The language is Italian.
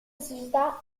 società